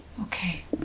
Okay